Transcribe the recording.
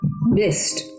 missed